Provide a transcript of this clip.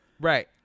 Right